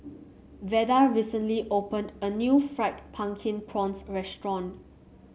Veda recently opened a new Fried Pumpkin Prawns restaurant